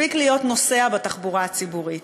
מספיק להיות נוסע בתחבורה הציבורית.